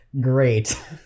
Great